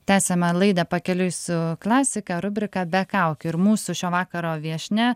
tęsiame laidą pakeliui su klasika rubrika be kaukių ir mūsų šio vakaro viešnia